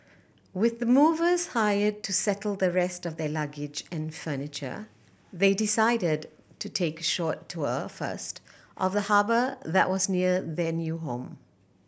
with the movers hired to settle the rest of their luggage and furniture they decided to take a short tour first of the harbour that was near their new home